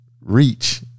reach